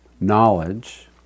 knowledge